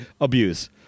abuse